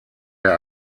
der